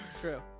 true